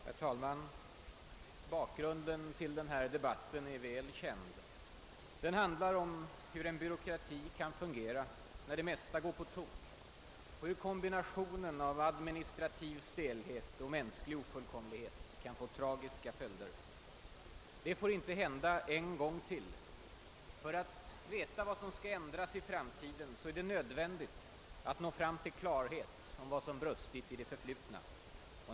Herr talman! Bakgrunden till den här debatten är väl känd. Den visar hur en byråkrati kan fungera när det mesta går på tok, och hur kombinationen av administrativ stelhet och mänsklig ofullkomlighet kan få tragiska följder. Det får inte hända en gång till. För att veta vad som skall ändras i framtiden är det nödvändigt att nå fram till klarhet om vad som brustit i det förflutna.